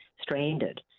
stranded